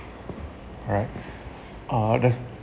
alright uh there's